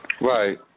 Right